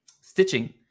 Stitching